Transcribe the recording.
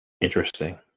Interesting